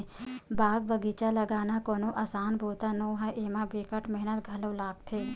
बाग बगिचा लगाना कोनो असान बूता नो हय, एमा बिकट मेहनत घलो लागथे